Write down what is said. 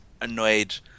annoyed